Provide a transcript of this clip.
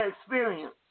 experience